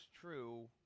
true